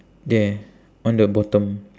there on the bottom